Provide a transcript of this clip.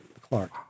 Clark